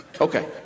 Okay